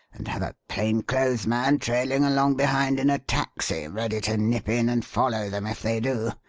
and have a plain-clothes man trailing along behind in a taxi, ready to nip in and follow them if they do.